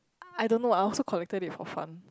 I don't know I also collected it for fun